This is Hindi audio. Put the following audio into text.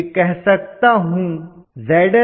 मैं कह सकता हूं ZsEfocIasc